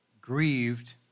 grieved